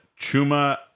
Chuma